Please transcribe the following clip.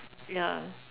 ya